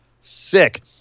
sick